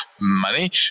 money